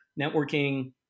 networking